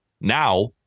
Now